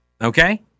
Okay